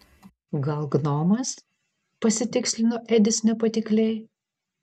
gal gnomas pasitikslino edis nepatikliai